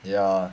ya